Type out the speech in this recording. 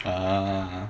ah